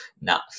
nah